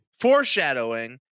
foreshadowing